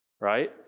right